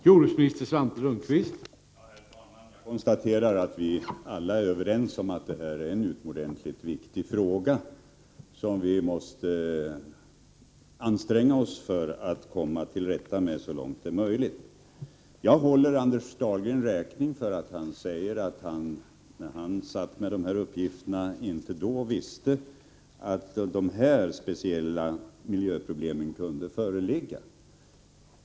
Herr talman! Jag konstaterar att vi alla är överens om att detta är en utomordentligt viktig fråga och att vi måste anstränga oss för att komma till rätta med den så långt det är möjligt. Jag håller Anders Dahlgren räkning för att han säger att han, när han satt i regeringen med de här uppgifterna, inte visste att dessa speciella miljöproblem kunde föreligga.